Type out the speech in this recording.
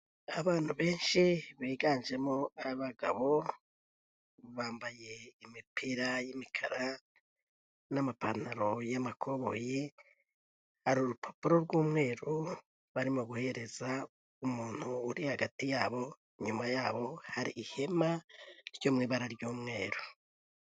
Abantu benshi biganjemo abagabo, bambaye imipira y'imikara, n'amapantaro y'amakoboyi ari urupapuro rw'umweru barimo guhereza umuntu uri hagati yabo. Inyuma yabo hari ihema ryo mu ibara ry'umweru.